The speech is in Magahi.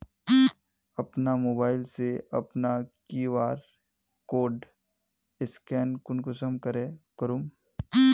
अपना मोबाईल से अपना कियु.आर कोड स्कैन कुंसम करे करूम?